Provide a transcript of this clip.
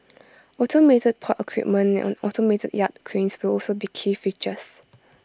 automated port equipment and automated yard cranes will also be key features